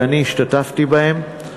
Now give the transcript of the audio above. ואני השתתפתי בהן.